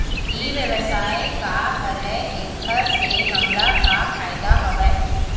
ई व्यवसाय का हरय एखर से हमला का फ़ायदा हवय?